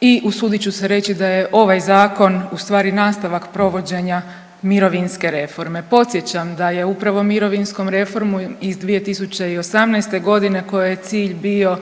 i usudit ću se reći da je ovaj zakon ustvari nastavak provođenja mirovinske reforme. Podsjećam da je upravo mirovinskom reformom iz 2018.g. kojoj je cilj bio